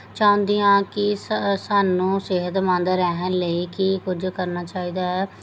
ਚਾਹੁੰਦੀ ਹਾਂ ਕਿ ਸ ਸਾਨੂੰ ਸਿਹਤਮੰਦ ਰਹਿਣ ਲਈ ਕੀ ਕੁਝ ਕਰਨਾ ਚਾਹੀਦਾ ਹੈ